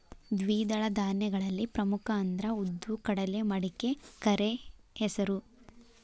ದ್ವಿದಳ ಧಾನ್ಯಗಳಲ್ಲಿ ಪ್ರಮುಖ ಅಂದ್ರ ಉದ್ದು, ಕಡಲೆ, ಮಡಿಕೆ, ಕರೆಹೆಸರು